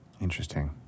Interesting